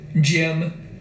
Jim